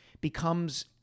becomes